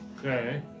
Okay